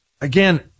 Again